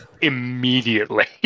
immediately